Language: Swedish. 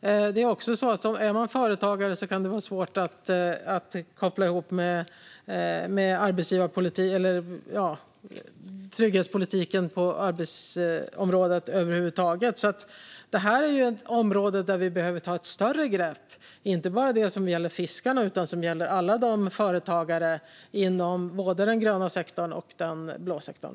Är man företagare kan det också vara svårt att över huvud taget så att säga koppla ihop med trygghetspolitiken på arbetsområdet. Detta är alltså ett område där vi behöver ta ett större grepp, inte bara när det gäller fiskarna utan när det gäller alla företagare inom både den gröna sektorn och den blå sektorn.